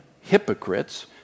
hypocrites